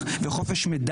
האזרחים והאזרחיות,